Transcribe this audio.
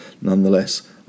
nonetheless